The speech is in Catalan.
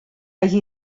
hagi